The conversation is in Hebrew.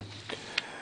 היום.